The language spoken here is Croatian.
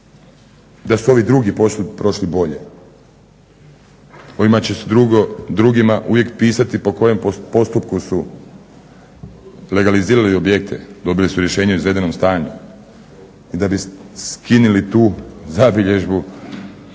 da su ovi drugi prošli bolje, kojima će drugima uvijek pisati po kojem postupku su legalizirali objekte, dobili su rješenje o izvedenom stanju. I da bi skinili tu zabilježbu